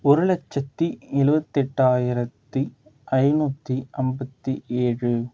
ஒரு லட்சத்து எழுவத்தி எட்டாயிரத்து ஐநூற்றறி ஐம்பத்தி ஏழு